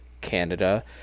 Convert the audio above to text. Canada